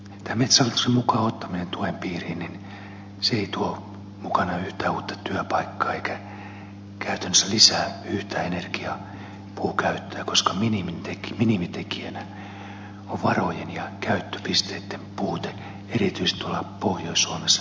tämä metsähallituksen mukaan ottaminen tuen piiriin ei tuo mukanaan yhtään uutta työpaikkaa eikä käytännössä lisää yhtään energiapuun käyttöä koska minimitekijänä on varojen ja käyttöpisteitten puute erityisesti tuolla pohjois suomessa niin kuin käytännössä todettiin